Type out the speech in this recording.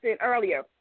earlier